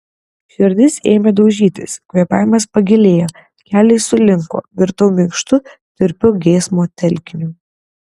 širdis ėmė daužytis kvėpavimas pagilėjo keliai sulinko virtau minkštu tirpiu geismo telkiniu